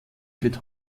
wird